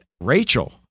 Rachel